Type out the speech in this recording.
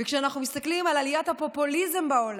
וכשאנחנו מסתכלים על עליית הפופוליזם בעולם,